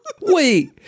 Wait